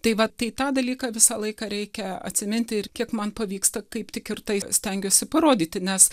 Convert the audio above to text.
tai va tai tą dalyką visą laiką reikia atsiminti ir kiek man pavyksta kaip tik ir tai stengiuosi parodyti nes